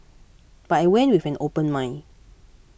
but I went with an open mind